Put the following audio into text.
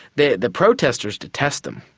the the protesters detest them,